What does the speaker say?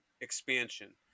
expansion